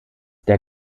der